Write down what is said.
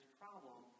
problem